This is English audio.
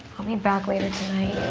i'll be back later tonight.